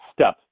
step